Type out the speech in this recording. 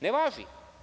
Ne važi.